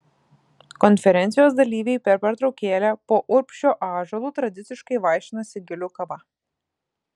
konferencijos dalyviai per pertraukėlę po urbšio ąžuolu tradiciškai vaišinasi gilių kava